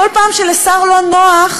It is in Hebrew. כל פעם שלשר לא נוח,